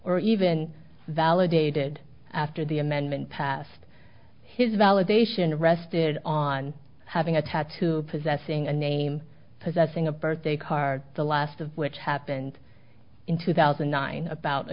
or even validated after the amendment passed his validation rested on having a tattoo possessing a name possessing a birthday card the last of which happened in two thousand and nine about a